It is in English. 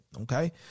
Okay